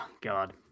God